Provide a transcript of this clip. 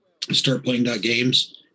startplaying.games